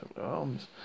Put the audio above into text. arms